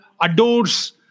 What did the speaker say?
adores